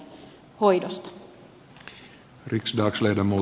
värderade talman